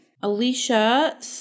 Alicia